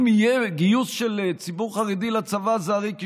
אם יהיה גיוס של ציבור חרדי לצבא זה הרי כישלון,